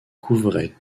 couvrait